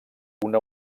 una